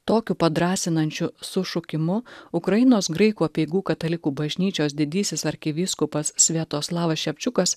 tokiu padrąsinančiu sušukimu ukrainos graikų apeigų katalikų bažnyčios didysis arkivyskupas sviatoslavas šepčiukas